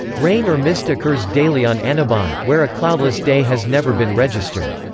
rain or mist occurs daily on annobon, where a cloudless day has never been registered.